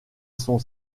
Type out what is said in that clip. son